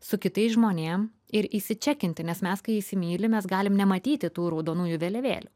su kitais žmonėm ir įsičekinti nes mes kai įsimylim mes galim nematyti tų raudonųjų vėliavėlių